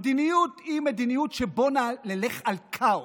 המדיניות היא מדיניות שנלך על כאוס?